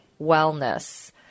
Wellness